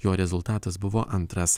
jo rezultatas buvo antras